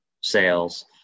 sales